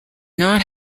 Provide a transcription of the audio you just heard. not